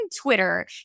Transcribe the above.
Twitter